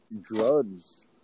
drugs